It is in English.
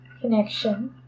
connection